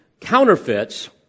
counterfeits